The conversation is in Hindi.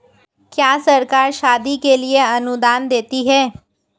क्या सरकार शादी के लिए अनुदान देती है?